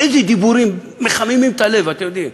איזה דיבורים, מחממים את הלב, אתם יודעים.